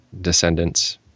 descendants